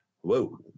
Whoa